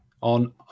on